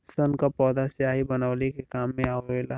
सन क पौधा स्याही बनवले के काम मे आवेला